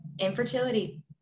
Infertility